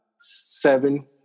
seven